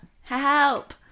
Help